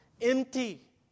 empty